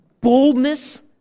boldness